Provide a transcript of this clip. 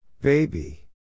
Baby